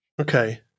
Okay